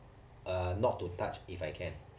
uh not to touch if I can